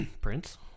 prince